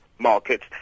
Markets